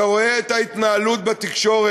אתה רואה את ההתנהלות בתקשורת,